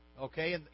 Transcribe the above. Okay